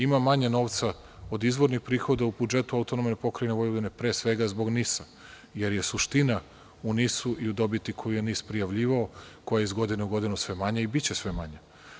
Ima manje novca od izvornih prihoda u budžetu AP Vojvodine, pre svega zbog NIS, jer je suština u NIS i dobiti koju je NIS prijavljivao, koja je iz godine u godinu sve manja i biće sve manja.